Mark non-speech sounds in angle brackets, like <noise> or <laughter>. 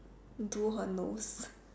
do her nose <noise>